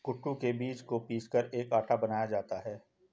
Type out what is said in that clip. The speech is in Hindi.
कूटू के बीज को पीसकर एक आटा बनाया जाता है